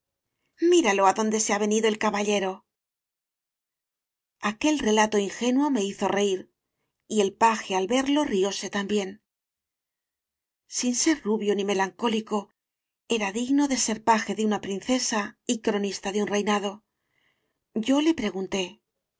míralo adonde se ha venido el caba llero aquel relato ingenuo me hizo reir y el paje al verlo rióse también sin ser rubio ni melancólico era digno de ser paje de una princesa y cronista de un reinado yo le pregunté